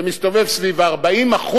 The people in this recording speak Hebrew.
זה מסתובב סביב ה-40%,